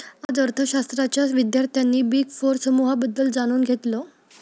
आज अर्थशास्त्राच्या विद्यार्थ्यांनी बिग फोर समूहाबद्दल जाणून घेतलं